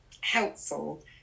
helpful